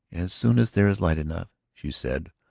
as soon as there is light enough, she said,